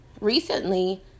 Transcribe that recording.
recently